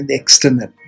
external